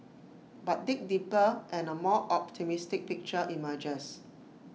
but dig deeper and A more optimistic picture emerges